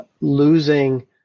losing